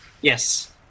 yes